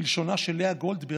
בלשונה של לאה גולדברג,